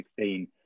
2016